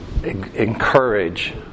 encourage